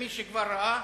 למי שכבר ראה,